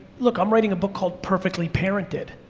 look, i'm writing a book called perfectly parented,